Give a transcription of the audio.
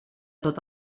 tot